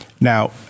Now